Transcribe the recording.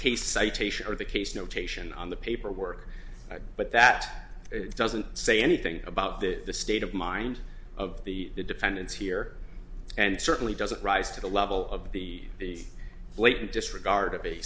case citation or the case notation on the paperwork but that doesn't say anything about the state of mind of the defendants here and certainly doesn't rise to the level of the the blatant disregard of a